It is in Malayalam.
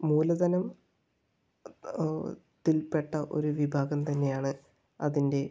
മൂലധനത്തിൽപ്പെട്ട ഒരു വിഭാഗം തന്നെയാണ് അതിൻ്റെ